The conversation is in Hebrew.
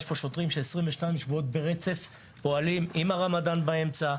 יש פה שוטרים שפועלים 22 שבועות ברצף עם הרמדאן באמצע,